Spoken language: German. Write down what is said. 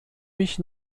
mich